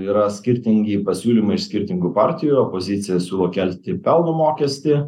yra skirtingi pasiūlymai iš skirtingų partijų opozicija siūlo kelti pelno mokestį